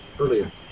earlier